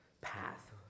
path